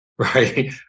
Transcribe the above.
right